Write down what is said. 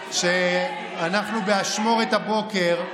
ואנחנו באשמורת הבוקר,